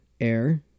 air